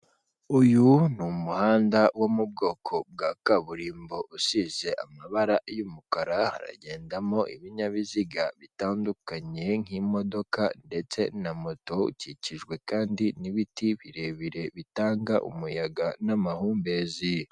Uyu ni umuhanda wo mu bwoko bwa kaburimbo usize amabara y'umukara, haragendamo ibinyabiziga bitandukanye nk'imodoka ndetse na moto, ukikijwe kandi n'ibiti birebire bitanga umuyaga n'amahumbezi.